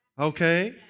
okay